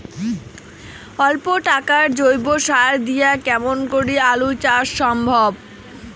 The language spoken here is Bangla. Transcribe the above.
অল্প টাকার জৈব সার দিয়া কেমন করি আলু চাষ সম্ভব?